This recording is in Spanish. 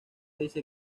dice